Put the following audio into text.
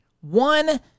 One